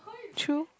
true